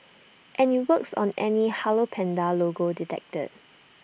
and IT works on any hello Panda logo detected